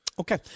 Okay